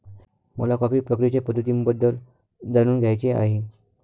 मला कॉफी प्रक्रियेच्या पद्धतींबद्दल जाणून घ्यायचे आहे